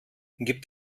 gibt